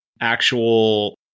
actual